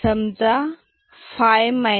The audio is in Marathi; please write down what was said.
समजा 5 8